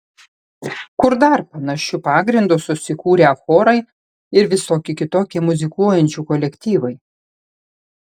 kur dar panašiu pagrindu susikūrę chorai ir visokie kitokie muzikuojančių kolektyvai